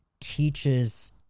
teaches